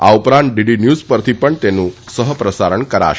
આ ઉપરાંત DD news પરથી પણ તેનું સહ પ્રસારણ થશે